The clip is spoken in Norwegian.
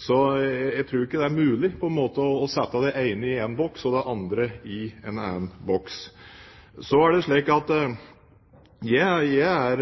Så jeg tror ikke det er mulig å sette det ene i én boks og det andre i en annen boks. Jeg er